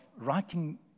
writing